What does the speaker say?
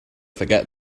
forget